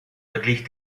verglich